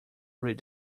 read